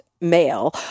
male